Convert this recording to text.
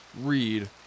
Read